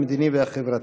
המדיני והחברתי.